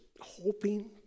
hoping